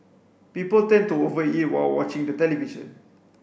people tend to over eat while watching the television